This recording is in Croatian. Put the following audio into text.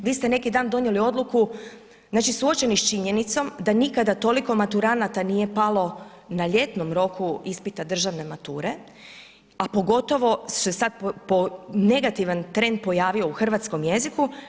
Vi ste neki dan donijeli odluku, znači suočeni sa činjenicom da nikada toliko maturanata nije palo na ljetnom roku ispita državne mature a pogotovo što se sad negativan trend pojavio u hrvatskom jeziku.